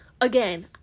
Again